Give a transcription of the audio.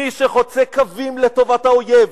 מי שחוצה קווים לטובת האויב,